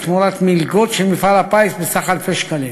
תמורת מלגות של מפעל הפיס בסך אלפי שקלים.